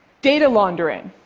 data laundering.